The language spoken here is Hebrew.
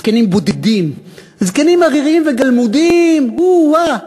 זקנים בודדים, זקנים עריריים וגלמודים, אוה,